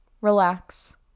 relax